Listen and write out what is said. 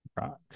Rock